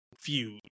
feud